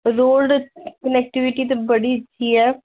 road connectivity ते बड़ी अच्छी ऐ